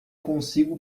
consigo